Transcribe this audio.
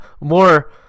more